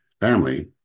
family